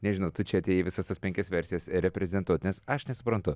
nežinau tu čia atėjai visas tas penkias versijas reprezentuot nes aš nesuprantu